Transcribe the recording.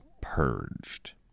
purged